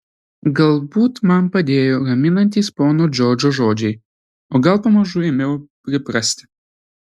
galbūt man padėjo raminantys pono džordžo žodžiai o gal pamažu ėmiau priprasti